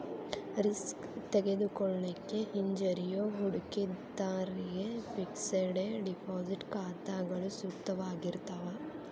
risk ತೆಗೆದುಕೊಳ್ಳಿಕ್ಕೆ ಹಿಂಜರಿಯೋ ಹೂಡಿಕಿದಾರ್ರಿಗೆ ಫಿಕ್ಸೆಡ್ ಡೆಪಾಸಿಟ್ ಖಾತಾಗಳು ಸೂಕ್ತವಾಗಿರ್ತಾವ